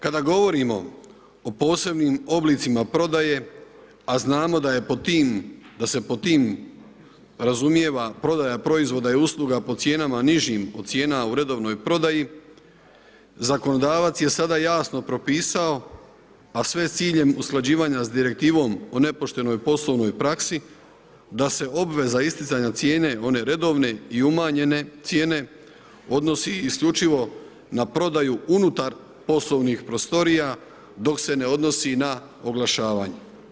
Kada govorimo o posebnim oblicima prodaje, a znamo da je pod tim, da se pod tim razumijeva prodaja proizvoda i usluga po cijenama nižim od cijena u redovnoj prodaji, zakonodavac je sada jasno propisao, a sve s ciljem usklađivanja s direktivom o nepoštenoj poslovnoj praksi, da se obveza isticanja cijene one redovne i umanjene cijene odnosi isključivo na prodaju unutar poslovnih prostorija dok se ne odnosi na oglašavanje.